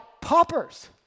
paupers